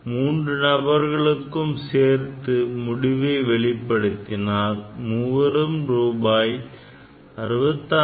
மூன்று நபர்களுக்கும் சேர்த்து முடிவை வெளிப்படுத்தினால் மூவரும் ரூபாய் 66